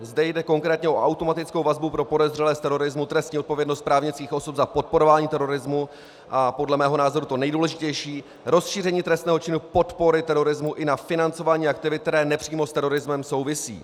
Zde jde konkrétně o automatickou vazbu pro podezřelé z terorismu, trestní odpovědnost právnických osob za podporování terorismu a podle mého názoru to nejdůležitější rozšíření trestného činu podpory terorismu i na financování aktivit, které nepřímo s terorismem souvisí.